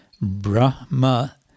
Brahma